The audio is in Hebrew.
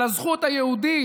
על הזכות היהודית,